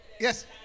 Yes